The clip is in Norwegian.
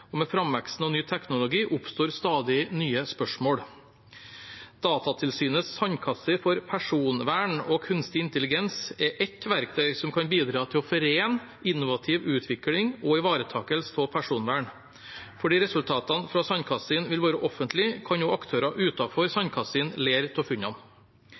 og komplekst, og med framveksten av ny teknologi oppstår stadig nye spørsmål. Datatilsynets sandkasse for personvern og kunstig intelligens er ett verktøy som kan bidra til å forene innovativ utvikling og ivaretakelse av personvern. Fordi resultatene fra sandkassen vil være offentlige, kan også aktører utenfor sandkassen lære av funnene.